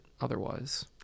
Otherwise